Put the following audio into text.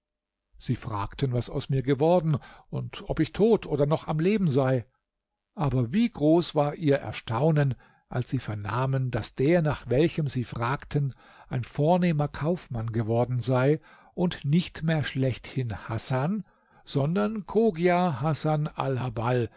sie fragten was aus mir geworden und ob ich tot oder noch am leben sei aber wie groß war ihr erstaunen als sie vernahmen daß der nach welchem sie fragten ein vornehmer kaufmann geworden sei und nicht mehr schlechthin hasan sondern chogia hasan alhabbal